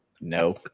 no